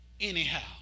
anyhow